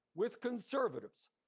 with conservatives,